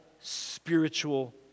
spiritual